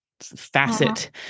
Facet